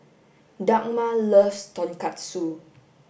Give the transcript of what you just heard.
Dagmar loves tonkatsu